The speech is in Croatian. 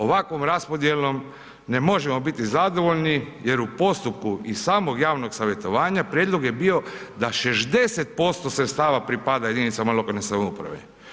Ovakvom raspodjelom ne možemo biti zadovoljni jer u postupku i samog javnog savjetovanja prijedlog je bio da 60% sredstava pripada jedinicama lokalne samouprave.